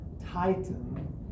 Titan